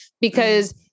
because-